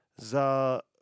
*Za